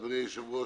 אדוני היושב-ראש,